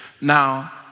Now